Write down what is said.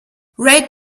rate